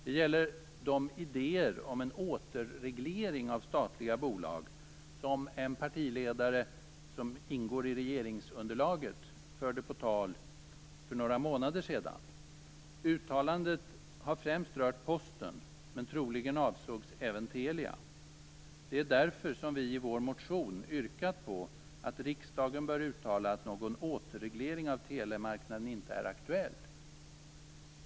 Det gäller de idéer om en "återreglering" av statliga bolag som en partiledare som ingår i regeringsunderlaget för några månader sedan förde på tal. Uttalandet har främst rört Posten, men troligen avsågs även Telia. Det är därför som vi i vår motion yrkar att riksdagen bör uttala att någon återreglering av telemarknaden inte är aktuell.